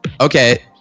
Okay